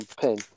pin